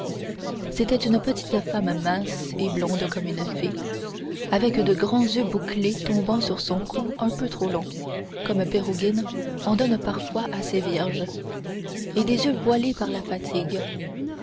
c'était une petite femme mince et blonde comme une fée avec de grands cheveux bouclés tombant sur son cou un peu trop long comme pérugin en donne parfois à ses vierges et des yeux voilés par la fatigue